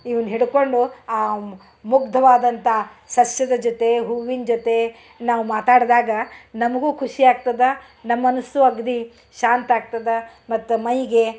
ಇವ್ನ ಹಿಡ್ಕೊಂಡು ಆ ಮುಗ್ಧವಾದಂಥ ಸಸ್ಯದ ಜೊತೆ ಹೂವಿನ ಜೊತೆ ನಾವು ಮಾತಾಡ್ದಾಗ ನಮಗೂ ಖುಷ್ಯಾಗ್ತದೆ ನಮ್ಮ ಮನಸ್ಸು ಅಗ್ದಿ ಶಾಂತಾಗ್ತದೆ ಮತ್ತೆ ಮೈಗೆ